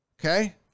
Okay